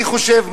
אני חושב,